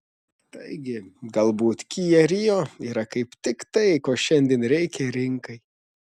taigi galbūt kia rio yra kaip tik tai ko šiandien reikia rinkai